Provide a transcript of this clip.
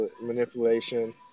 manipulation